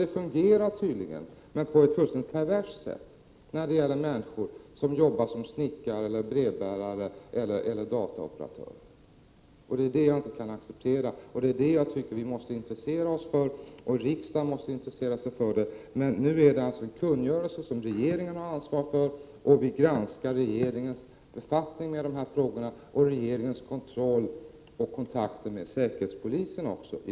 Det fungerar tydligen på ett fullständigt perverst sätt när det gäller människor som arbetar som snickare, brevbärare eller dataoperatörer. Det är det jag inte kan acceptera. Det är det vi måste intressera oss för. Riksdagen måste intressera sig för detta. Nu finns alltså en kungörelse som regeringen har ansvar för. Vi har granskat regeringens befattning med dessa frågor, regeringens kontroll och kontakt med säkerhetspolisen.